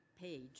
page